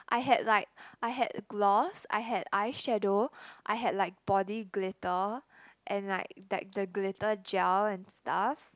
I had like I had gloss I had eye shadow I had like body glitter and like that the glitter gel and stuff